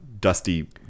dusty